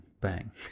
bang